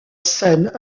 scène